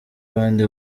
abandi